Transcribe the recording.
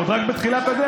אנחנו עוד רק בתחילת הדרך.